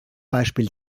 beispiel